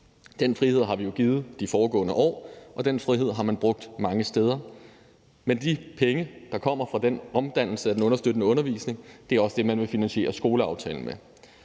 Den frihed har vi givet de foregående år, og den frihed har man brugt mange steder. Men de penge, der kommer fra den omdannelse af den understøttende undervisning, er også det, man vil finansiere skoleaftalen med.